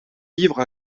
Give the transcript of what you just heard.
livres